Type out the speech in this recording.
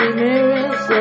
mirrors